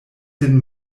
sin